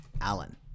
Allen